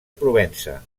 provença